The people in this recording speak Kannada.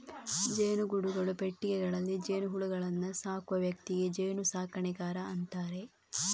ಜೇನುಗೂಡುಗಳು, ಪೆಟ್ಟಿಗೆಗಳಲ್ಲಿ ಜೇನುಹುಳುಗಳನ್ನ ಸಾಕುವ ವ್ಯಕ್ತಿಗೆ ಜೇನು ಸಾಕಣೆಗಾರ ಅಂತಾರೆ